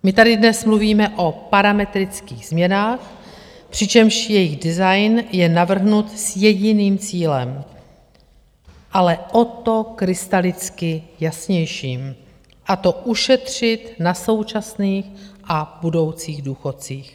My tady dnes mluvíme o parametrických změnách, přičemž jejich design je navrhnut s jediným cílem, ale o to krystalicky jasnějším, a to ušetřit na současných a budoucích důchodcích.